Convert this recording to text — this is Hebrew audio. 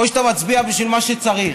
או שאתה מצביע בשביל מה שצריך.